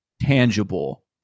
tangible